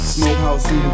Smokehouse